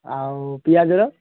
ଆଉ ପିଆଜର